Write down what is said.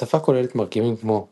השפה כוללת מרכיבים כמו פונולוגיה,